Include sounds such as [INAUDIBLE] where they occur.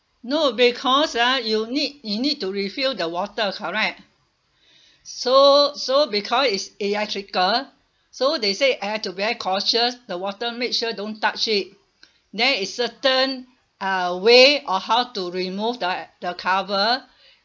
no because ah you need you need to refill the water correct [BREATH] so so because it's electrical so they say I have to very cautious the water make sure don't touch it there is a certain uh way on how to remove the the cover